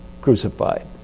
Crucified